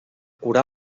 curar